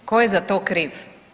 Tko je za to kriv?